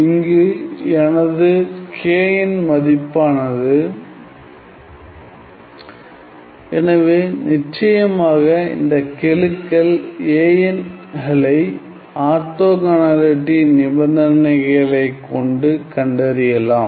இங்கு எனது kn மதிப்பானது எனவே நிச்சயமாக இந்தக் கெழுக்கள் a n களை ஆர்த்தோகனாலிட்டி நிபந்தனைகளை கொண்டு கண்டறியலாம்